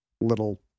little